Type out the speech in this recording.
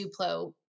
Duplo